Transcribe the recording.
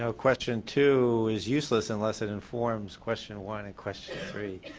so question two is useless unless it informs question one and question three.